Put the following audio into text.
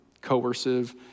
coercive